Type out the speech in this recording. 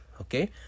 Okay